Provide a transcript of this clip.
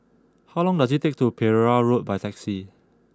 how long does it take to get to Pereira Road by taxi